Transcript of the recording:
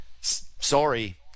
sorry